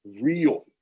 real